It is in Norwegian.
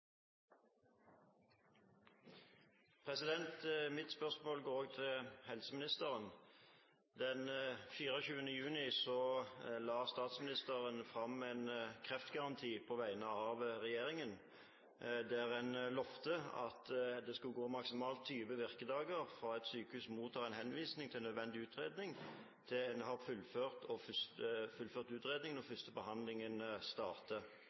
hovedspørsmål. Mitt spørsmål går til helseministeren. Den 24. juni la statsministeren fram en kreftgaranti på vegne av regjeringen der han lovet at det skulle gå maksimalt 20 virkedager fra et sykehus mottar en henvisning om nødvendig utredning, til en har fullført utredningen og